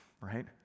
right